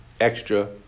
extra